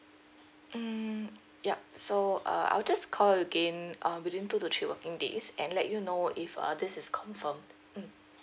mm yup so uh I'll just call you again um within two to three working days and let you know if uh this is confirmed mm